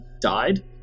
died